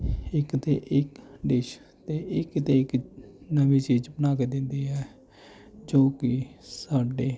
ਇੱਕ ਤੋਂ ਇੱਕ ਡਿਸ਼ ਅਤੇ ਇੱਕ ਤੋਂ ਇੱਕ ਨਵੀਂ ਚੀਜ਼ ਬਣਾ ਕੇ ਦਿੰਦੀ ਹੈ ਜੋ ਕਿ ਸਾਡੇ